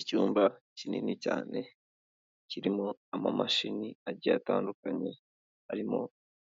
Icyumba kinini cyane, kirimo amamashini ajya atandukanye, harimo